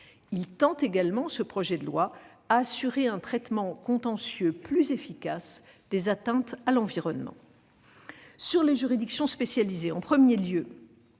loi tend également à assurer un traitement contentieux plus efficace des atteintes à l'environnement. Concernant les juridictions spécialisées, en premier lieu,